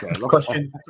Question